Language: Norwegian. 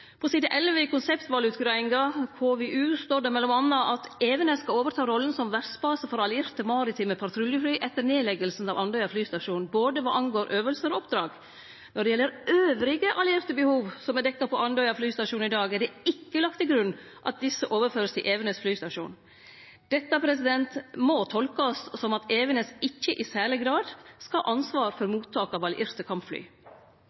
På side 11 i konseptvalutgreiinga, KVU, står det mellom anna: «Evenes skal overta rollen som vertsbase for allierte maritime patruljefly etter nedleggelsen av Andøya flystasjon, både hva angår øvelser og oppdrag. Når det gjelder øvrige allierte behov som er dekket på Andøya flystasjon i dag, er det ikke lagt til grunn at disse overføres til Evenes flystasjon.» Dette må tolkast som at Evenes ikkje i særleg grad skal ha ansvaret for mottak av allierte kampfly.